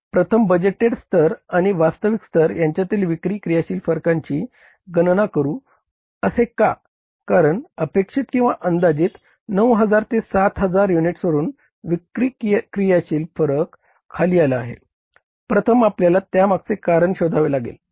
प्रथम आपल्याला त्यामागचे कारण शोधावे लागेल बरोबर